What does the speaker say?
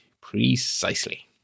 Precisely